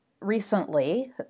recently